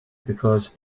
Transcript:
because